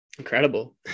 Incredible